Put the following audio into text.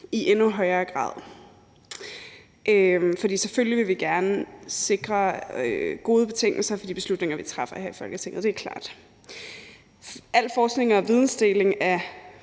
i endnu højere grad, for selvfølgelig vil vi gerne sikre gode betingelser for de beslutninger, vi træffer her i Folketinget; det er klart. Al forskning og vidensdeling er